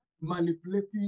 manipulating